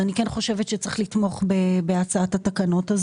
אני כן חושבת שצריך לתמוך בהצעת התקנות.